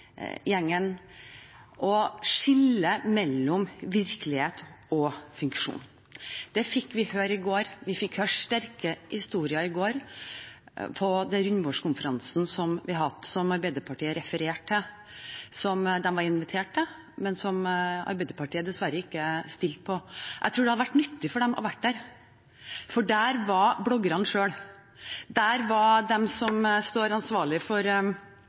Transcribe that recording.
gjengen, å skille mellom virkelighet og fiksjon. Det fikk vi høre i går. Vi fikk høre sterke historier i går på rundebordskonferansen vi hadde, som Arbeiderpartiet refererte til, og som de var invitert til, men som Arbeiderpartiet dessverre ikke stilte på. Jeg tror det hadde vært nyttig for dem å være der, for der var bloggerne selv. Der var de som står ansvarlig for